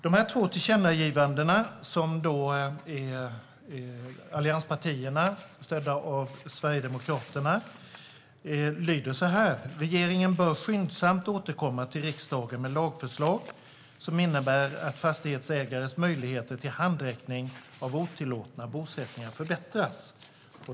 Det första tillkännagivandet, föreslaget av allianspartierna stödda av Sverigedemokraterna, lyder som följer: Regeringen bör skyndsamt återkomma till riksdagen med lagförslag som innebär att fastighetsägares möjligheter till handräckning vid otillåtna bosättningar förbättras.